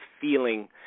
feeling